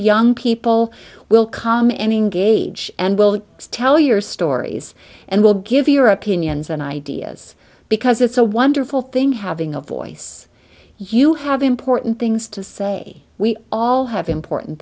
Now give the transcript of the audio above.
young people will come any gauge and we'll tell your stories and we'll give your opinions and ideas because it's a wonderful thing having a voice you have important things to say we all have important